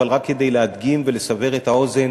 אבל רק כדי להדגים ולסבר את האוזן